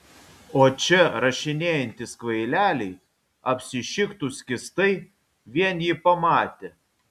o čia rašinėjantys kvaileliai apsišiktų skystai vien jį pamatę